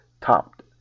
topped